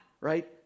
Right